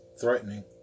threatening